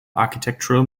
architectural